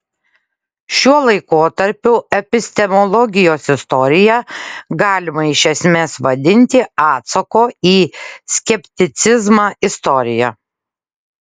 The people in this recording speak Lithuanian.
šiuo laikotarpiu epistemologijos istoriją galima iš esmės vadinti atsako į skepticizmą istorija